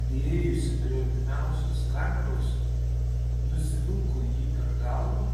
priėjusi prie artimiausios kameros nusivilko jį per galvą